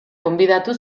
gonbidatu